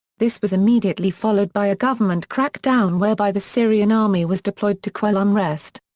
this was immediately followed by a government crackdown whereby the syrian army was deployed to quell unrest.